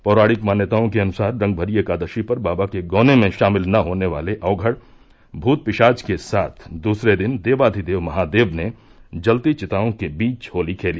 पौराणिक मान्यताओं के अनुसार रंगभरी एकादशी पर बाबा के गौने में शामिल न होने वाले औघड़ भूत पिशाच के साथ दूसरे दिन देवाधिदेव महादेव ने जलती चिताओं के बीच होली खेली